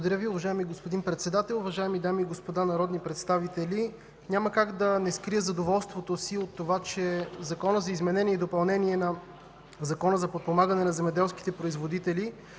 Благодаря Ви, уважаеми господин Председател. Уважаеми дами и господа народни представители! Няма как да скрия задоволството си от това, че Законопроектът за изменение и допълнение на Закона за подпомагане на земеделските производители